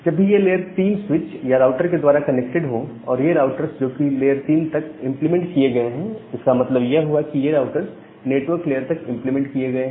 जब भी ये लेयर 3 स्विच या राउटर के द्वारा कनेक्टेड हो और ये राउटर्स जो कि लेयर 3 तक इंप्लीमेंट किए गए हैं इसका मतलब यह हुआ कि ये राउटर्स नेटवर्क लेयर तक इंप्लीमेंट किए गए हैं